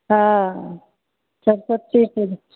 हँ सरसती पूजा